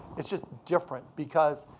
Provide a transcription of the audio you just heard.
it's just different because